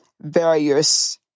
various